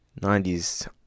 90s